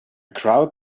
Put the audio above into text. crowd